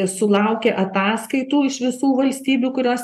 sulaukia ataskaitų iš visų valstybių kurios